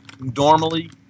normally